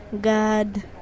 God